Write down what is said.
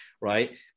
right